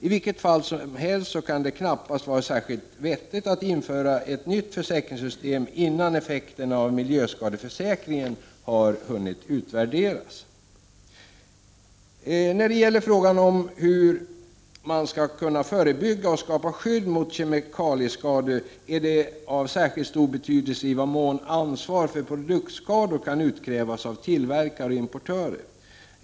I vilket fall som helst kan det knappast vara särskilt vettigt att införa ett nytt försäkringssystem innan effekterna av miljöskadeförsäkringen har hunnit utvärderas. När det gäller frågan om hur man skall kunna förebygga och skapa skydd mot kemikalieskador är det av särskilt stor betydelse i vad mån ansvar för produktskador kan utkrävas av tillverkare och importörer.